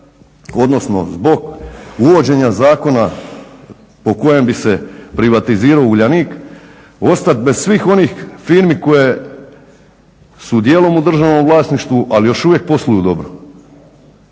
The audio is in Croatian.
odnosno zbog uvođenja zakona po kojem bi se privatizirao Uljanik ostat bez svih onih firmi koje su dijelom u državnom vlasništvu ali još uvijek posluju dobro?